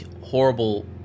horrible